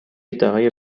دعای